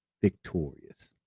victorious